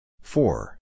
Four